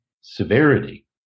Severity